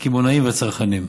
הקמעונאים והצרכנים.